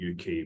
UK